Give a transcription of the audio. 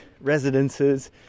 residences